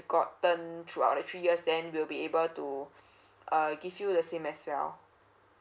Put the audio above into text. gotten throughout the three years then we'll be able to uh give you the same as well